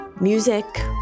music